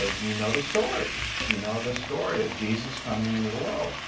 ah do you know the story? do you know the story of jesus coming into the world?